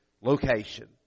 location